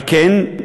ועל כן,